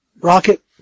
rocket